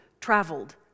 traveled